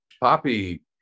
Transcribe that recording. Poppy